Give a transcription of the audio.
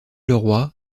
leroy